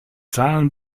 zahlen